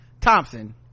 thompson